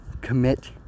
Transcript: commit